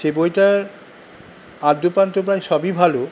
সেই বইটার আদ্যপ্রান্ত প্রায় সবই ভালো